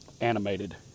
animated